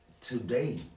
today